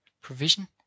provision